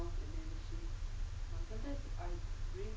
I